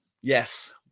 Yes